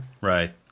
Right